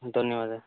ହଁ ଧନ୍ୟବାଦ